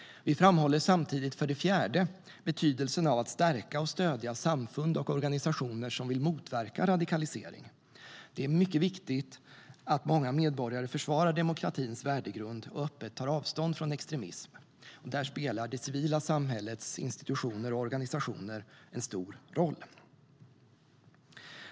Vi framhåller samtidigt för det fjärde betydelsen av att stärka och stödja samfund och organisationer som vill motverka radikalisering. Det är mycket viktigt att många medborgare försvarar demokratins värdegrund och öppet tar avstånd från extremism. Där spelar det civila samhällets institutioner och organisationer en stor roll.